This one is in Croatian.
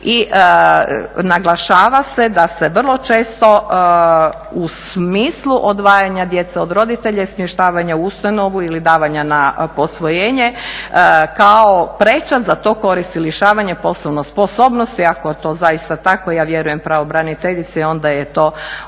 i naglašava se da se vrlo često u smislu odvajanja djece od roditelja i smještavanja u ustanovu ili davanja na posvojenje kao …. Lišavanje poslovne sposobnosti. Ako je to zaista tako ja vjerujem pravobraniteljici onda je to zaista